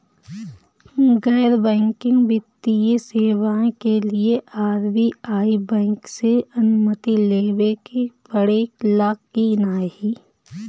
गैर बैंकिंग वित्तीय सेवाएं के लिए आर.बी.आई बैंक से अनुमती लेवे के पड़े ला की नाहीं?